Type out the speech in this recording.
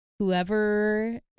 whoever